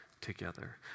together